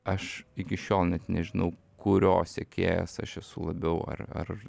aš iki šiol net nežinau kurio sekėjas aš esu labiau ar ar